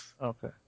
Okay